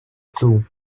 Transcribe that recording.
two